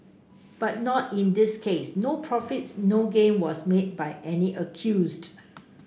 but not in this case no profits no gain was made by any accused